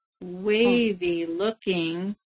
wavy-looking